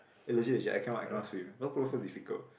eh legit legit I cannot I cannot swim water polo so difficult